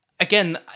again